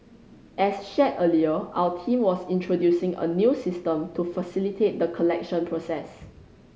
as shared earlier our team was introducing a new system to facilitate the collection process